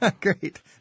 Great